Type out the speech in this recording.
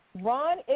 Ron